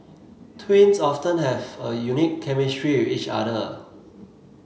twins often have a unique chemistry with each other